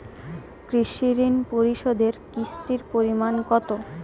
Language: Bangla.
কৃষি ঋণ পরিশোধের কিস্তির পরিমাণ কতো?